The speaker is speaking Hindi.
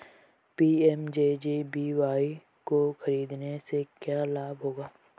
पी.एम.जे.जे.बी.वाय को खरीदने से क्या लाभ होगा?